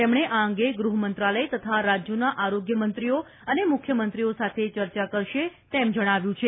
તેમણે આ અંગે ગૃહ મંત્રાલય તથા રાજ્યોના આરોગ્ય મંત્રીઓ અને મુખ્યમંત્રીઓ સાથે ચર્ચા કરશે તેમ જણાવ્યું છે